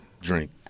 drink